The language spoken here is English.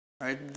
right